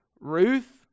Ruth